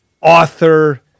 author